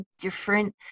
different